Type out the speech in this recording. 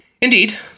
Indeed